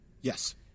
Yes